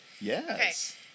Yes